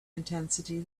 intensity